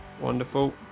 wonderful